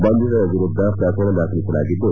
ಬಂಧಿತರ ವಿರುದ್ದ ಪ್ರಕರಣ ದಾಖಲಿಸಲಾಗಿದ್ದು